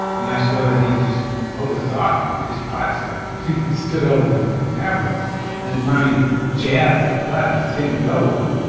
and i saw that he just always thought his parts like he stood over them for ever and finally jabbed at the button to go well